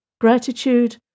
Gratitude